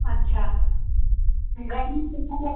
अच्छा गर्मी में मतलब